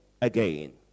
again